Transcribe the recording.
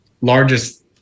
largest